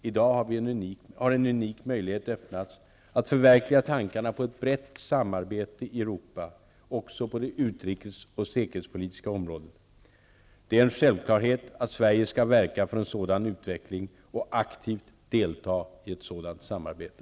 I dag har en unik möjlighet öppnats att förverkliga tankarna på ett brett samarbete i Europa också på det utrikes och säkerhetspolitiska området. Det är en självklarhet att Sverige skall verka för en sådan utveckling och aktivt delta i ett sådant samarbete.